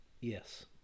yes